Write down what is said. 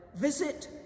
Visit